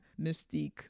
mystique